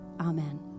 Amen